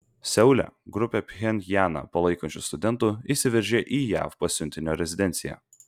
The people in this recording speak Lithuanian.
seule grupė pchenjaną palaikančių studentų įsiveržė į jav pasiuntinio rezidenciją